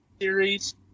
series